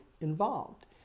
involved